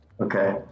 Okay